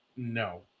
no